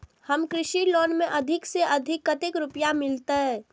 हमरा कृषि लोन में अधिक से अधिक कतेक रुपया मिलते?